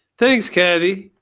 thank you, kathi.